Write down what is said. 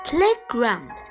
Playground